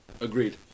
Agreed